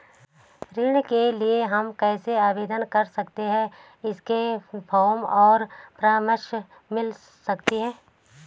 ऋण के लिए हम कैसे आवेदन कर सकते हैं इसके फॉर्म और परामर्श मिल सकती है?